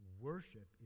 worship